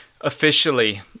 officially